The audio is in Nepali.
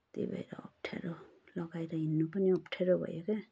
त्यही भएर अप्ठ्यारो लगाएर हिँड्नु पनि अप्ठ्यारो भयो क्या